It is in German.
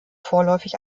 vorläufig